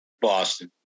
Boston